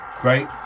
Great